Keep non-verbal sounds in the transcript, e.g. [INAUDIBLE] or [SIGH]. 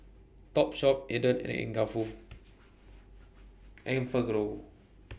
Topshop Aden and [UNINTELLIGIBLE] Enfagrow